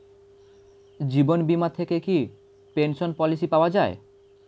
জীবন বীমা থেকে কি পেনশন পলিসি পাওয়া যায়?